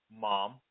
mom